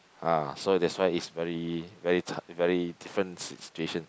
ah so that's why it's very very very different si~ situation